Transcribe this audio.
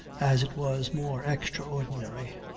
as it was more extraordinary,